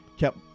kept